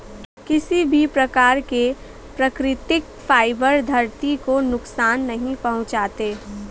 किसी भी प्रकार के प्राकृतिक फ़ाइबर धरती को नुकसान नहीं पहुंचाते